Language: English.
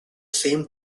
same